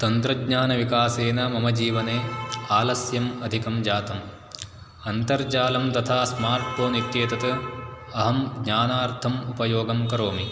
तन्त्राज्ञानविकासेन मम जीवने आलस्यम् अधिकं जातम् अन्तर्जालं तथा स्मार्ट् फोन् इत्येतत् अहं ज्ञानार्थम् उपयोगं करोमि